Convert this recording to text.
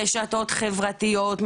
רשתות חברתיות,